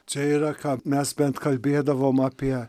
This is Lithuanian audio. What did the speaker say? čia yra ką mes bent kalbėdavom apie